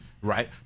right